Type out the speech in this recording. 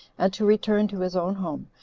and to return to his own home,